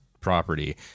property